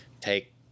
take